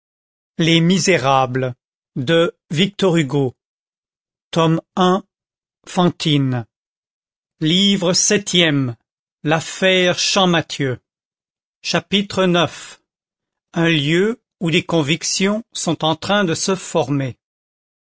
repartir chapitre viii entrée de faveur chapitre ix un lieu où des convictions sont en train de se former